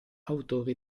autori